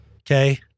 Okay